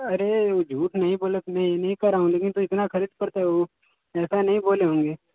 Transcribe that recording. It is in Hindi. अरे वो झूठ नहीं बोले थे मैं ये नहीं कह रहा हूँ लेकिन तो इतना खरीद पड़ता हो ऐसा नहीं बोले होंगे